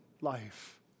life